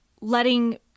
letting